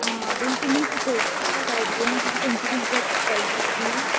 आं पूण तुमी शिकयतले कार्डिओंत खंयची खंयची एक्सरसाइजीस बी